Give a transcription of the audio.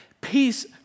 peace